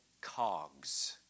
cogs